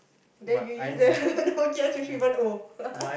there you use the Nokia three three one O